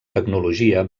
tecnologia